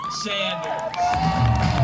Sanders